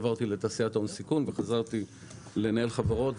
עברתי לתעשיית ההון סיכון וחזרתי לנהל חברות.